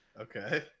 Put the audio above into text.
okay